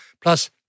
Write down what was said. Plus